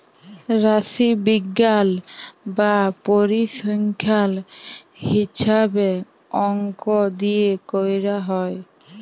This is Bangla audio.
রাশিবিজ্ঞাল বা পরিসংখ্যাল হিছাবে অংক দিয়ে ক্যরা হ্যয়